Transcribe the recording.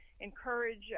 encourage